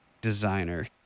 designer